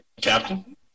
Captain